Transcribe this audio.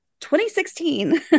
2016